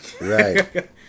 right